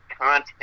content